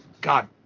god